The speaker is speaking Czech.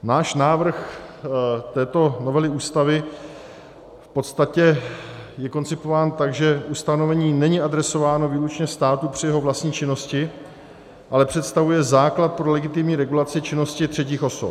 Náš návrh této novely Ústavy v podstatě je koncipován tak, že ustanovení není adresováno výlučně státu při jeho vlastní činnosti, ale představuje základ pro legitimní regulaci činnosti třetích osob.